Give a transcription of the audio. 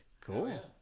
Cool